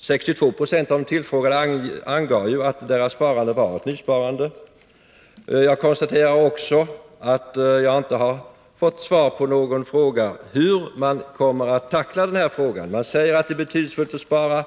62 76 av de tillfrågade angav ju att deras sparande var ett nysparande. Jag konstaterar också att jag inte har fått svar på frågan om hur man kommer att tackla den här situationen. Man säger att det är betydelsefullt att spara.